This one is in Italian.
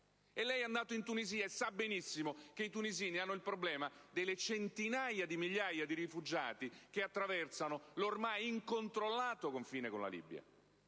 Lei è andato in Tunisia, e sa benissimo che i tunisini hanno il problema delle centinaia di migliaia di rifugiati che attraversano l'ormai incontrollato confine con la Libia.